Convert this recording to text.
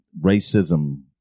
racism